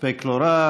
הספק לא רע.